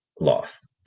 loss